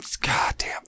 Goddamn